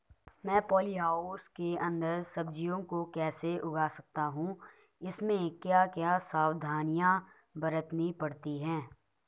मैं poly house के अन्दर सब्जियों को कैसे उगा सकता हूँ इसमें क्या क्या सावधानियाँ बरतनी पड़ती है?